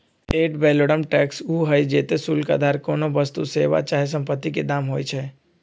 ad valorem tax उ हइ जेते शुल्क अधार कोनो वस्तु, सेवा चाहे सम्पति के दाम होइ छइ